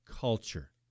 culture